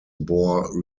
bore